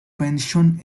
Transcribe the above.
pension